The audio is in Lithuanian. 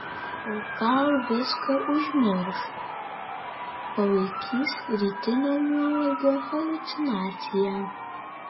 o gal viską užmirš palaikys rytinio nuovargio haliucinacija